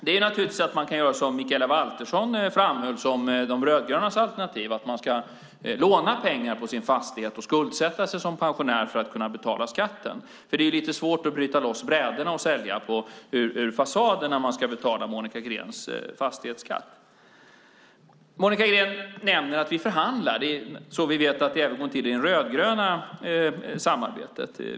Man kan naturligtvis göra som Mikaela Valtersson framhöll som De rödgrönas alternativ, att man lånar pengar på sin fastighet och skuldsätter sig som pensionär för att kunna betala skatten. Det är nämligen lite svårt att bryta loss bräderna från fasaden och sälja dem för att betala Monica Greens fastighetsskatt. Monica Green nämner att vi förhandlar. Så går det till även i det rödgröna samarbetet.